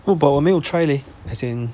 so but 我没有 try leh as in